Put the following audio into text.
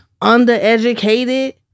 undereducated